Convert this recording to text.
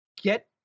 get